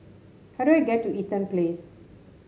how do I get to Eaton Place